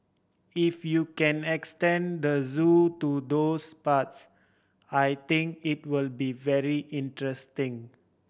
if you can extend the zoo to those parts I think it will be very interesting